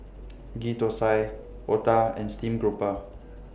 Ghee Thosai Otah and Steamed Grouper